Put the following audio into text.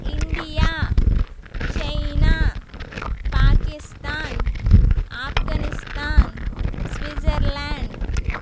India China Pakistan Afghanistan Switzerland